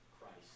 Christ